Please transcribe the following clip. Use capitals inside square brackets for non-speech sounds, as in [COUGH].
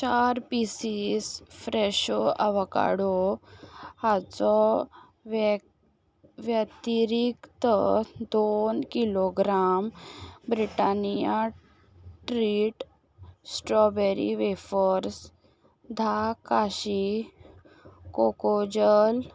चार पीसीस फ्रॅशो आवोकाडो हाचो [UNINTELLIGIBLE] व्यतिरीक्त दोन kilogram Britannia treat strawberry wafers धा काशी कोकोजल